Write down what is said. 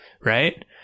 right